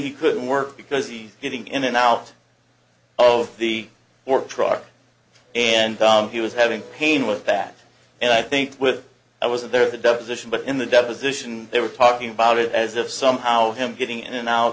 he couldn't work because he getting in and out of the or truck and he was having pain with that and i think with i was there the deposition but in the deposition they were talking about it as if somehow him getting in and out